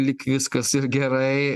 lyg viskas ir gerai